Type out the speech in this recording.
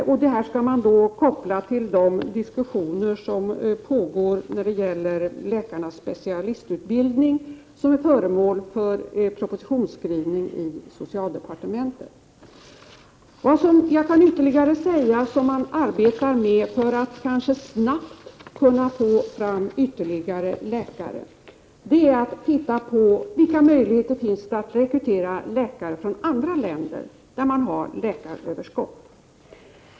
— vill jag framhålla att detta skall kopplas till de OR RN nin diskussioner som pågår om läkarnas specialistutbildning, vilken är föremål versippter Umea för propositionsskrivning i socialdepartementet. Vad jag härutöver kan säga om det som man arbetar med för att kanske snabbt kunna få fram ytterligare läkare är att man kan se på vilka möjigheter det finns att rekrytera läkare från andra länder där det är läkaröverskott.